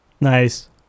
Nice